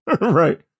Right